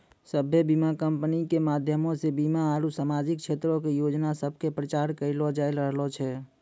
सभ्भे बीमा कंपनी के माध्यमो से बीमा आरु समाजिक क्षेत्रो के योजना सभ के प्रचार करलो जाय रहलो छै